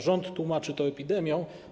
Rząd tłumaczy to epidemią.